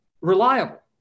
reliable